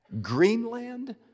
Greenland